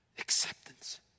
acceptance